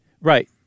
Right